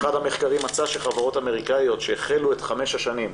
אחד המחקרים מצא שחברות אמריקאיות שהחלו את חמש השנים,